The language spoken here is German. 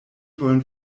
wollen